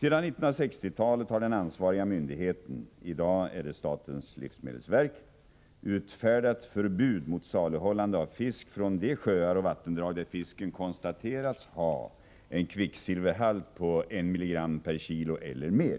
Sedan 1960-talet har den ansvariga myndigheten — i dag är det statens livsmedelsverk — utfärdat förbud mot saluhållande av fisk från de sjöar och vattendrag där fisken konstateras ha en kvicksilverhalt på 1 mg/kg eller mer.